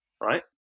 right